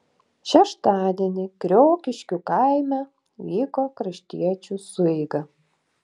šeštadienį kriokiškių kaime vyko kraštiečių sueiga